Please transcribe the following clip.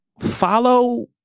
follow